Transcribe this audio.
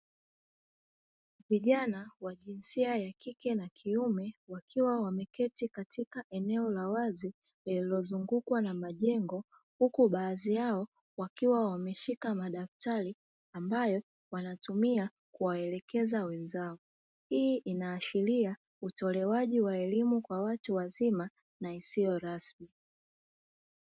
Vijana wa jinsia ya kike na kiume wakiwa wameketi katika eneo lawazi lililozungukwa na majengo, huku baadhi yao wakiwa wameshika madafutari ambayo wanatumia kuwaelekeza wenzao hii inaashiria ni utolewaji wa elimu kwa watu wazima na isiyo rasmi.